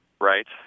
right